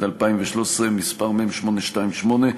התשע"ד 2013, מ/828,